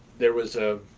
there was a